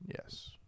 Yes